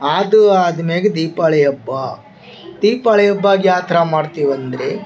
ಅದು ಆದ್ಮ್ಯಾಗೆ ದೀಪಾವಳಿ ಹಬ್ಬ ದೀಪಾವಳಿ ಹಬ್ಬ ಯಾವ ಥರ ಮಾಡ್ತೀವಿ ಅಂದರೆ